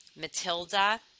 Matilda